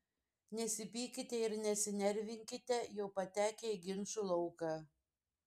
nesipykite ir nesinervinkite jau patekę į ginčų lauką